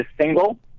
single